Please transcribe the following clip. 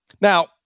now